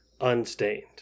unstained